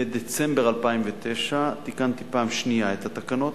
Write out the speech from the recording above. בדצמבר 2009 תיקנתי פעם שנייה את התקנות,